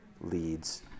leads